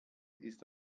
ist